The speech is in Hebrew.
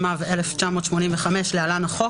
התשמ"ו-1985 (להלן החוק),